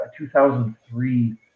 2003